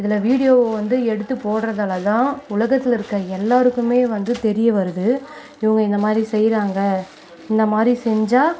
இதில் வீடியோ வந்து எடுத்து போடறதால்தான் உலகத்தில் இருக்கிற எல்லோருக்குமே வந்து தெரிய வருது இவங்க இந்தமாதிரி செய்கிறாங்க இந்தமாதிரி செஞ்சால்